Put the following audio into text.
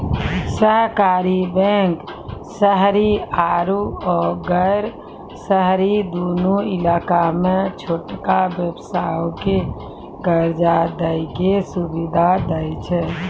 सहकारी बैंक शहरी आरु गैर शहरी दुनू इलाका मे छोटका व्यवसायो के कर्जा दै के सुविधा दै छै